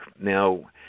Now